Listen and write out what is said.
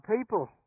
people